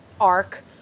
arc